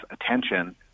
attention